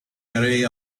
array